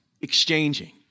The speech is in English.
exchanging